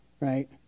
right